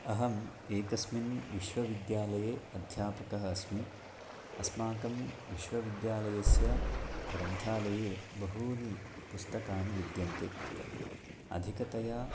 अहम् एकस्मिन् विश्वविद्यालये अध्यापकः अस्मि अस्माकं विश्वविद्यालयस्य ग्रन्थालये बहूनि पुस्तकानि विद्यन्ते अधिकतया